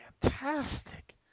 fantastic